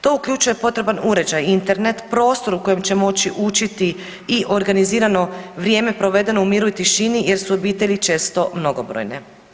To uključuje potreban uređaj, Internet, prostor u kojem će moći učiti i organizirano vrijeme provedeno u miru i tišini jer su obitelji često mnogobrojne.